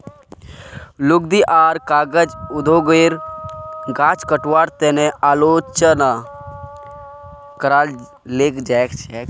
लुगदी आर कागज उद्योगेर गाछ कटवार तने आलोचना कराल गेल छेक